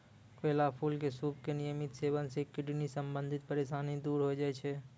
केला फूल के सूप के नियमित सेवन सॅ किडनी संबंधित परेशानी दूर होय जाय छै